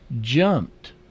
jumped